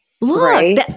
look